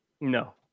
No